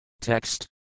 Text